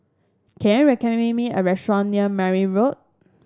can you recommend me a restaurant near Meyer Road